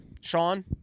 Sean